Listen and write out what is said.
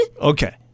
Okay